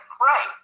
right